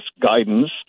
guidance